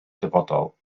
dyfodol